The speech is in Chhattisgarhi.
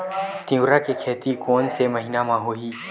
तीवरा के खेती कोन से महिना म होही?